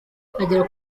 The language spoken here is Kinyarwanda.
agera